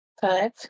five